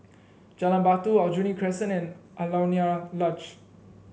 Jalan Batu Aljunied Crescent and Alaunia Lodge